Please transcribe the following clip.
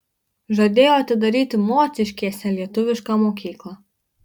žadėjo atidaryti mociškėse lietuvišką mokyklą